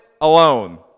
alone